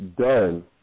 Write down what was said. done